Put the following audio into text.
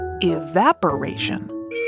evaporation